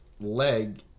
leg